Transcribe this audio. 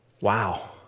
wow